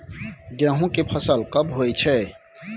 गेहूं के फसल कब होय छै?